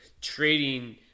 trading